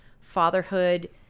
fatherhood